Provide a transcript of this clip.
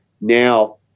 Now